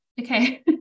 okay